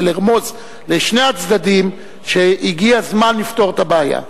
לרמוז לשני הצדדים שהגיע הזמן לפתור את הבעיה,